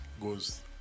goes